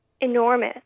enormous